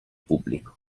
pubblico